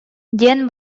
диэн